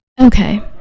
Okay